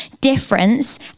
difference